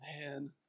Man